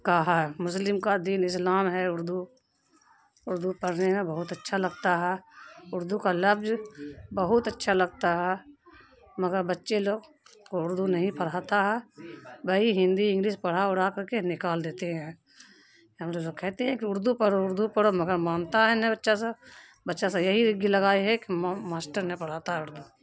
کا ہے مسلم کا دین اسلام ہے اردو اردو پڑھنے میں بہت اچھا لگتا ہے اردو کا لفظ بہت اچھا لگتا ہے مگر بچے لوگ کو اردو نہیں پڑھاتا ہے وہی ہندی انگلس پڑھا اڑھا کر کے نکال دیتے ہیں ہمرے لوگ کہتے ہیں کہ اردو پڑھو اردو پڑھو مگر مانتا ہے نہیں بچہ سب بچہ سب یہی رٹی لگائے ہے کہ ماسٹر نے پڑھاتا ہے اردو